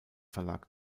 verlag